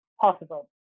possible